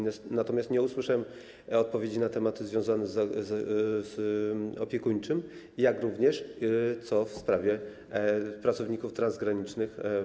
Natomiast nie usłyszałem odpowiedzi na temat związany z zasiłkiem opiekuńczym, jak również co w sprawie pracowników transgranicznych.